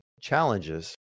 challenges